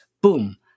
Boom